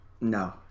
no